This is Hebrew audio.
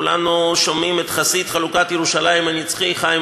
כולנו שומעים את חסיד חלוקת ירושלים הנצחי חיים